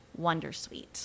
Wondersuite